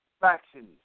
factions